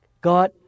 God